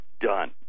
done